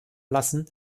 lassen